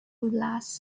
last